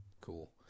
cool